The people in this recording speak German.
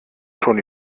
schon